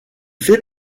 fait